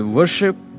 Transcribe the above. worship